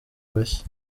bashya